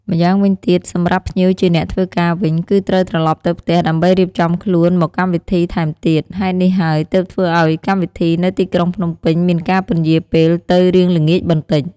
ម្យ៉ាងវិញទៀត សម្រាប់ភ្ញៀវជាអ្នកធ្វើការវិញ គឺត្រូវត្រឡប់ទៅផ្ទះដើម្បីរៀបចំខ្លួនមកកម្មវិធីថែមទៀត ហេតុនេះហើយទើបធ្វើឲ្យកម្មវិធីនៅទីក្រុងភ្នំពេញមានការពន្យារពេលទៅរៀងល្ងាចបន្តិច។